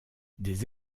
des